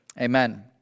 amen